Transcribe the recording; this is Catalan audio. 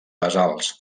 basals